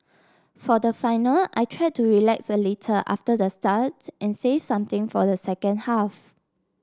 for the final I tried to relax a little after the start and save something for the second half